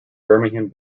birmingham